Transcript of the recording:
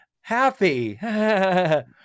happy